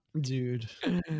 Dude